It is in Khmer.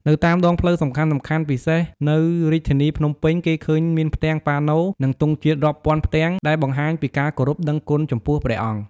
នៅតាមដងផ្លូវសំខាន់ៗ ពិសេសនៅរាជធានីភ្នំពេញ គេឃើញមានផ្ទាំងប៉ាណូ និងទង់ជាតិរាប់ពាន់ផ្ទាំងដែលបង្ហាញពីការគោរពដឹងគុណចំពោះព្រះអង្គ។